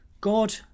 God